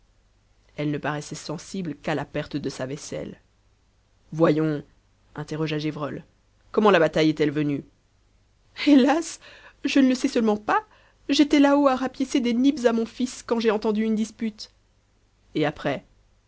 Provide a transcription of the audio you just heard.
elle ne paraissait sensible qu'à la perte de sa vaisselle voyons interrogea gévrol comment la bataille est-elle venue hélas je ne le sais seulement pas j'étais là-haut à rapiécer des nippes à mon fils quand j'ai entendu une dispute et après